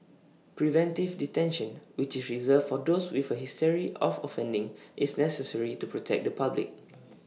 preventive detention which is reserved for those with A history of offending is necessary to protect the public